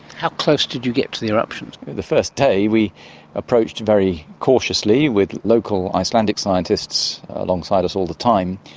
how close did you get to the eruptions? the first day we approached very cautiously with local icelandic scientists alongside us all the time,